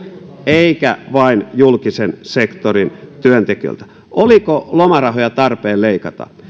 eikä vain julkisen sektorin työntekijöiltä oliko lomarahoja tarpeen leikata